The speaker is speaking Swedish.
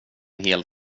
hel